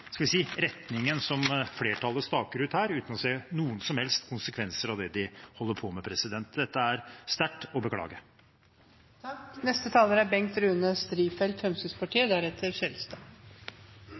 som flertallet staker ut her, uten å se noen som helst konsekvenser av det de holder på med. Dette er sterkt å beklage. Representanten Pollestad har i to omganger tatt ordet og kritisert flertallet, og spesielt Fremskrittspartiet,